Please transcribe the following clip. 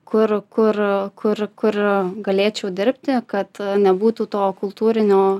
kur kur kur kur galėčiau dirbti kad nebūtų to kultūrinio